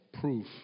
proof